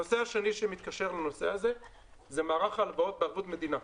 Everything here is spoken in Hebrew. הנושא השני שמתקשר לנושא הזה זה מערך ההלוואות בערבות מדינה.